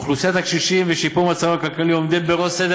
אוכלוסיית הקשישים ושיפור מצבם הכלכלי עומדים בראש סדר